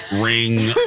ring